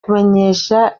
kubimenyesha